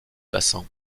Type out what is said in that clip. bassin